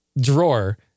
drawer